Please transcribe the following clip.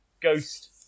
ghost